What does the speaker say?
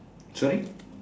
sorry